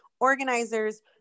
organizers